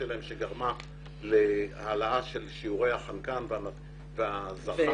שלהם שגרמה להעלאת שיעורי החנקן והזרחן.